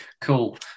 Cool